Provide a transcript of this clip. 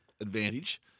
advantage